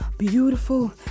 beautiful